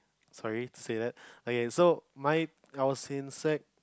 sorry to say that okay so mine I was in sec